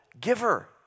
giver